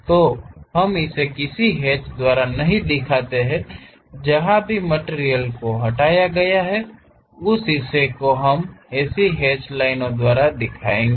तो हम इसे किसी हैच द्वारा नहीं दिखाते हैं जहां भी मटिरियल को हटाया गया है उस हिस्से को हम ऐसी हैचड लाइनों द्वारा दिखाएंगे